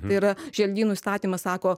tai yra želdynų įstatymas sako